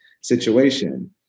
situation